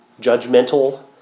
judgmental